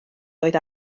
oedd